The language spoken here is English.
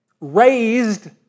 raised